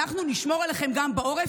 אנחנו נשמור עליכם גם בעורף,